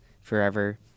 forever